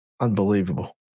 Unbelievable